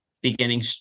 beginning